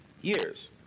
years